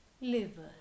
liver